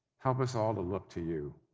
help us all to look to you